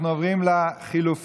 אנחנו עוברים ללחלופין,